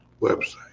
website